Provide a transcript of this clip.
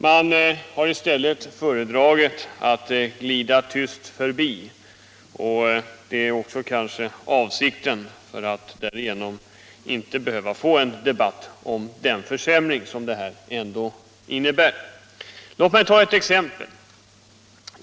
Man har i stället föredragit att glida tyst förbi detta, och det är också kanske avsikten, för att därigenom inte behöva få en debatt om den försämring som det här ändå innebär. Låt mig ta ett exempel.